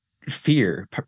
fear